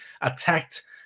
attacked